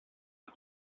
but